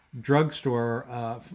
drugstore